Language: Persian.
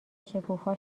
شکوفا